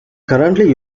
currently